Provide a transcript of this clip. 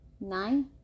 Nine